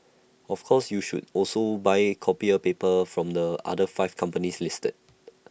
of course you should also buy copier paper from the other five companies listed